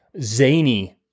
zany